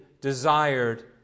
desired